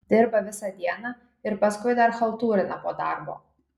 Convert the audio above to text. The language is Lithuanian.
dirba visą dieną ir paskui dar chaltūrina po darbo